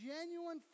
genuine